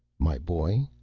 my boy,